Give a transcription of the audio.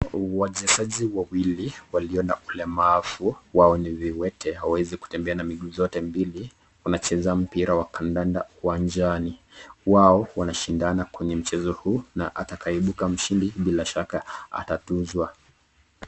Wachezaji wawili walio na ulemavu, hao ni viwete hawawezi kucheza na miguu zote mbili, wanacheza mpira wa kadanda uwanjani, wao wanashindana kwenye mchezo huu, na atakayeibuka mshindi bila shaka atatunzwa.